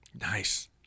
Nice